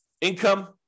Income